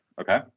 Okay